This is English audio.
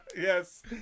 Yes